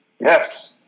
Yes